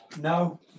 No